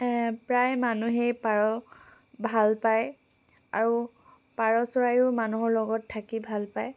প্ৰায় মানুহেই পাৰ ভাল পায় আৰু পাৰ চৰায়ো মানুহৰ লগত থাকি ভাল পায়